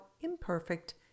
imperfect